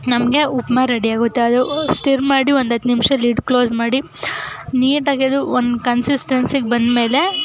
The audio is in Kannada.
ನಮಗೆ ಉಪ್ಮ ರೆಡಿಯಾಗುತ್ತೆ ಅದು ಸ್ಟಿರ್ ಮಾಡಿ ಒಂದು ಹತ್ತು ನಿಮಿಷ ಲಿಡ್ ಕ್ಲೋಸ್ ಮಾಡಿ ನೀಟಾಗಿ ಅದು ಒಂದು ಕನ್ಸಿಸ್ಟೆನ್ಸಿಗೆ ಬಂದಮೇಲೆ